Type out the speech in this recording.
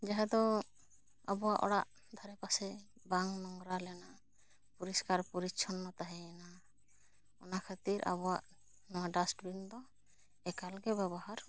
ᱢᱟᱦᱟᱸ ᱫᱚ ᱟᱵᱚᱣᱟᱜ ᱚᱲᱟᱜ ᱫᱷᱟᱨᱮ ᱯᱟᱥᱮ ᱵᱟᱝ ᱱᱚᱝᱨᱟ ᱞᱮᱱᱟ ᱯᱩᱨᱤᱥᱠᱟᱨ ᱯᱚᱨᱤᱪᱪᱷᱚᱱᱱᱚ ᱛᱟᱦᱮᱸᱭᱮᱱᱟ ᱚᱱᱟ ᱠᱷᱟᱹᱛᱤᱨ ᱟᱵᱚᱣᱟᱜ ᱱᱚᱣᱟ ᱰᱟᱥᱴᱵᱤᱱ ᱫᱚ ᱮᱠᱟᱞ ᱜᱮ ᱵᱮᱵᱚᱦᱟᱨ ᱩᱪᱤᱛ ᱠᱟᱱᱟ